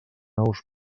nous